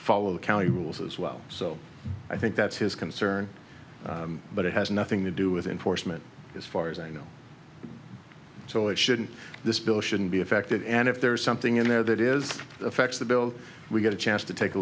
follow the county rules as well so i think that's his concern but it has nothing to do with enforcement as far as i know so it shouldn't this bill shouldn't be affected and if there is something in there that is affects the bill we get a chance to take a